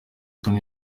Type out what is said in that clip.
hamwe